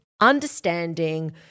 understanding